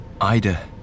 Ida